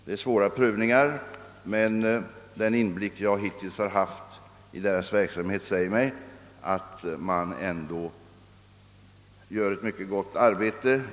Det är svåra prövningar, men den inblick jag hittills har haft i denna verksamhet säger mig att man ändå utför ett mycket gott arbete.